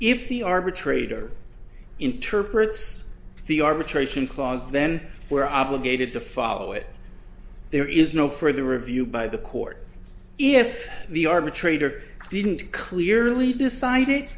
if the arbitrator interprets the arbitration clause then we're obligated to follow it there is no further review by the court if the arbitrator didn't clearly decide